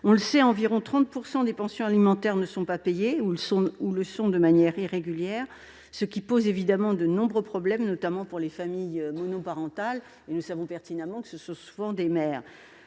En effet, environ 30 % des pensions alimentaires ne sont pas payées ou le sont de manière irrégulière, ce qui pose évidemment de nombreux problèmes, notamment pour les familles monoparentales. Concrètement, ce sont souvent des mères